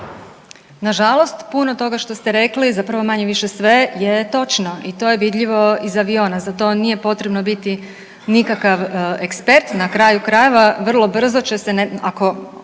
Nažalost, puno toga što ste rekli zapravo manje-više sve je točno i to je vidljivo iz aviona, za to nije potrebno biti nikakav ekspert, na kraju krajeva vrlo brzo će se ako